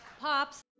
Pops